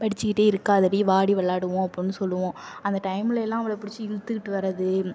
படிச்சிக்கிட்டே இருக்காதடி வாடி விளாடுவோம் அப்புடினு சொல்லுவோம் அந்த டைம்லலாம் அவளை பிடிச்சி இழுத்துக்கிட்டு வரது